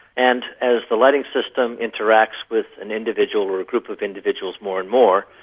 and as the lighting system interacts with an individual or a group of individuals more and more,